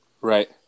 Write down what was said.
Right